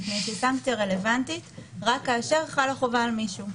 מפני שסנקציה רלוונטית רק כאשר חלה חובה על מישהו.